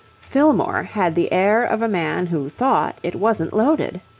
fillmore had the air of a man who thought it wasn't loaded.